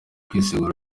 kwisegura